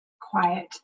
quiet